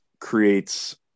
creates